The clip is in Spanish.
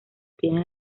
tiene